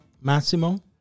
Massimo